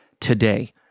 today